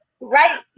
Right